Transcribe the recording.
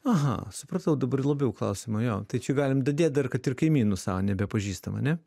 aha supratau dabar labiau klausimą jo tai čia galim dadėt dar kad ir kaimynų savo nebepažįstam ane